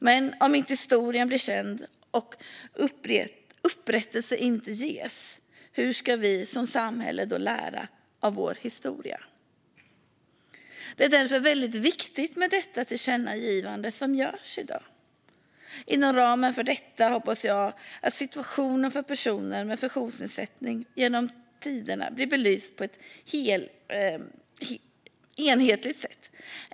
Men om historien inte blir känd och om upprättelse inte ges, hur ska vi som samhälle då lära av vår historia? Det är därför väldigt viktigt med detta tillkännagivande. Inom ramen för detta hoppas jag att situationen för personer med funktionsnedsättning genom tiderna blir belyst på ett enhetligt sätt.